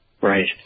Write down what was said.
Right